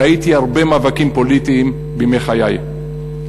ראיתי הרבה מאבקים פוליטיים בימי חיי,